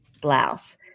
blouse